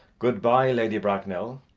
goodbye, lady bracknell.